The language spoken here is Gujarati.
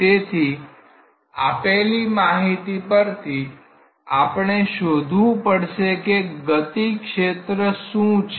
તેથી આપેલી માહિતી પરથી આપણે શોધવું પડશે કે ગતિ ક્ષેત્ર શુ છે